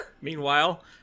Meanwhile